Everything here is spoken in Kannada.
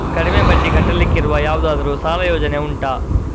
ಕಡಿಮೆ ಬಡ್ಡಿ ಕಟ್ಟಲಿಕ್ಕಿರುವ ಯಾವುದಾದರೂ ಸಾಲ ಯೋಜನೆ ಉಂಟಾ